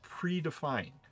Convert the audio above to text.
predefined